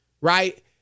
right